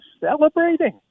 celebrating